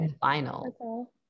final